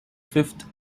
fifth